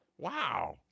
Wow